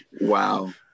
Wow